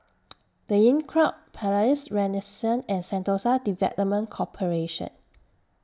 The Inncrowd Palais Renaissance and Sentosa Development Corporation